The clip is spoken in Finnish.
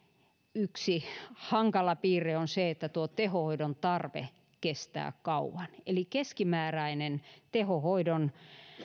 yksi hankala piirre on se että tuo tehohoidon tarve kestää kauan eli keskimääräinen tehohoidon